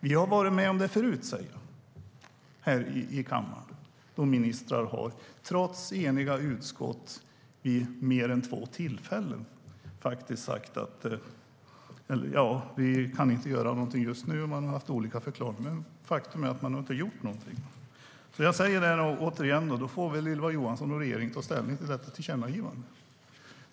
Vi har varit med förut i kammaren, vid mer än två tillfällen, då ministrar, trots eniga utskott, sagt att de inte kan göra något just nu. De har haft olika förklaringar, men faktum är att de inte har gjort något. Ylva Johansson och regeringen får ta ställning till tillkännagivandet.